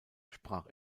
sprach